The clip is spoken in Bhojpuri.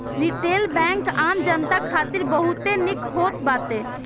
रिटेल बैंक आम जनता खातिर बहुते निक होत बाटे